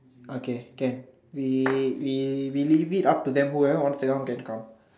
okay can we we we leave it up to them whoever wants to come can come